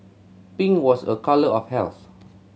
pink was a colour of health